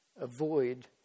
avoid